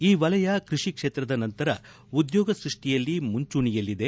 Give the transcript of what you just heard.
ಈ ವಲಯ ಕೃಷಿ ಕ್ಷೇತ್ರದ ನಂತರ ಉದ್ದೋಗ ಸೃಷ್ಷಿಯಲ್ಲಿ ಮುಂಚೂಣಿಯಲ್ಲಿದೆ